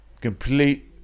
Complete